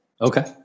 Okay